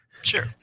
Sure